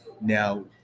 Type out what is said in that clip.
Now